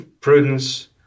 prudence